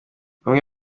bamwe